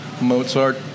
Mozart